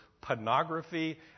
pornography